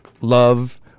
love